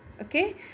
Okay